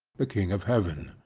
the king of heaven.